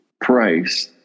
price